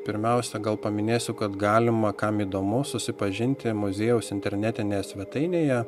pirmiausia gal paminėsiu kad galima kam įdomu susipažinti muziejaus internetinėje svetainėje